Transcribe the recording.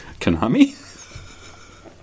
Konami